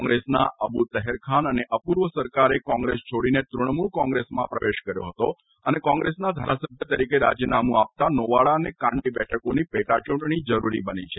કોંગ્રેસના અબુ તાહેરખાન અને અપૂર્વ સરકારે કોંગ્રેસ છોડીને તૃણમુલ કોંગ્રેસમાં પ્રવેશ કર્યો હતો અને કોંગ્રેસના ધારાસભ્ય તરીકે રાજીનામું આપતા નોવાડા અને કાંડી બેઠકોની પેટાચૂંટણી જરૂરી બની છે